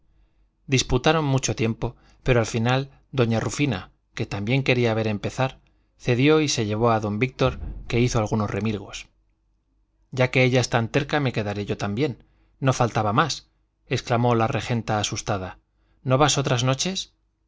disputaron mucho tiempo pero al fin doña rufina que también quería ver empezar cedió y se llevó a don víctor que hizo algunos remilgos ya que ella es tan terca me quedaré yo también no faltaba más exclamó la regenta asustada no vas otras noches